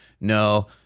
No